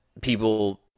people